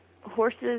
horses